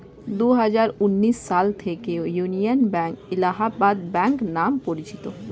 দুহাজার উনিশ সাল থেকে ইন্ডিয়ান ব্যাঙ্ক এলাহাবাদ ব্যাঙ্ক নাম পরিচিত